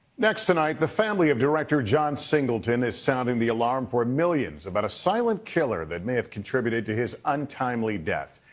next tonight, the family of drgter john singleton is sounding the alarm for millions about a silent killer that may have contributed to his untimely death.